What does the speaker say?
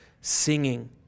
singing